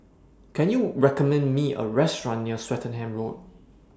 Can YOU recommend Me A Restaurant near Swettenham Road